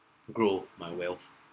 grow my wealth